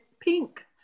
pink